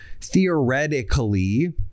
theoretically